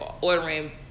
ordering